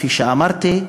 כפי שאמרתי,